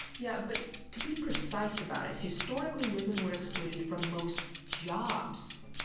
yeah but to be precise about it, historically women were excluded from most jobs,